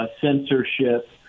Censorship